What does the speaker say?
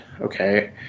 Okay